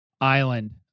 island